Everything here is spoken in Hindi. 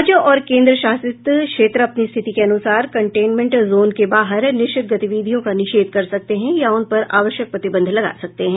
राज्य और केंद्रशासित क्षेत्र अपनी स्थिति के अनुसार कंटेनमेंट जोन के बाहर निश्चित गतिविधियों का निषेध कर सकते हैं या उन पर आवश्यक प्रतिबंध लगा सकते हैं